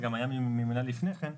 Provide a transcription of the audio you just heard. זה גם היה ממילא לפני כן,